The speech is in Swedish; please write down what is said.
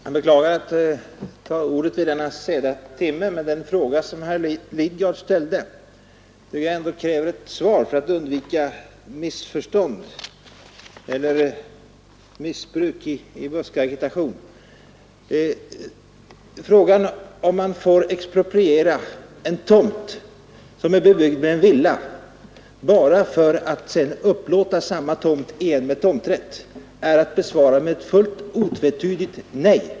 Herr talman! Jag beklagar att jag måste begära ordet vid denna sena timme, men den fråga som herr Lidgard ställde tycker jag ändå kräver ett svar för att vi skall undvika missförstånd eller missbruk i buskagitationen. Frågan om man får expropriera en tomt som är bebyggd med en villa bara för att sedan upplåta samma tomt igen med tomträtt är att besvara med ett otvetydigt nej.